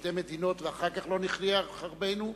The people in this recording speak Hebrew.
שתי מדינות ואחר כך לא נחיה על חרבנו,